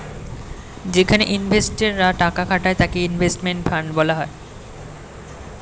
যেখানে ইনভেস্টর রা টাকা খাটায় তাকে ইনভেস্টমেন্ট ফান্ড বলা হয়